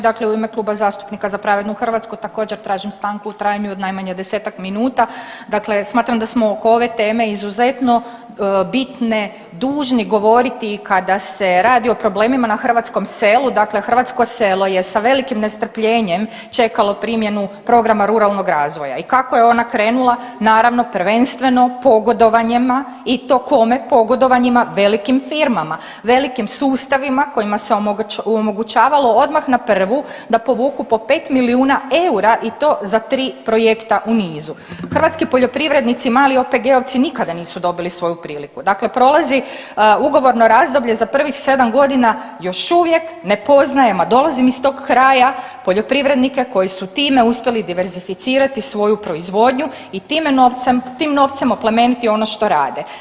Dakle, u ime Kluba zastupnika Za pravednu Hrvatsku također tražim stanku u trajanju od najmanje 10-tak minuta, dakle smatram da smo oko ove teme izuzetno bitne dužni govoriti kada se radi o problemima na hrvatskom selu, dakle hrvatsko selo je sa velikim nestrpljenjem čekalo primjenu programa ruralnog razvoja i kako je ona krenula, naravno prvenstveno pogodovanjima i to kome pogodovanjima, velikim firmama, velikim sustava kojima se omogućavalo odmah na prvu da povuku po 5 milijuna eura i to za 3 projekta u nizu, hrvatski poljoprivrednici i mali OPG-ovci nikada nisu dobili svoju priliku, dakle prolazi ugovorno razdoblje za prvih 7.g., još uvijek ne poznajem, a dolazim iz tog kraja, poljoprivrednike koji su time uspjeli diversificirati svoju proizvodnju i time novcem, tim novcem oplemeniti ono što rade.